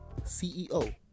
CEO